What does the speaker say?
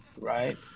right